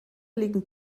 liegen